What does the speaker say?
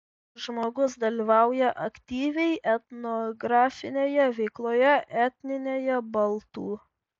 žmogus dalyvauja aktyviai etnografinėje veikloje etninėje baltų